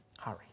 Hurry